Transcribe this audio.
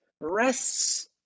Rests